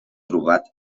trobat